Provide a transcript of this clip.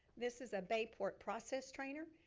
this is a bayport process trainer.